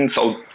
South